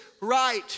right